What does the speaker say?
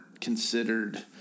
considered